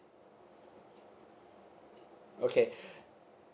okay